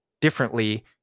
differently